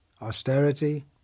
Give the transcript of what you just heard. austerity